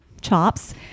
chops